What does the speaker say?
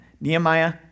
Nehemiah